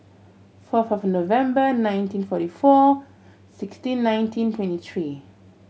fourth of November nineteen forty four sixteen nineteen twenty three